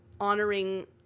honoring